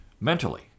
mentally